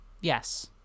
Yes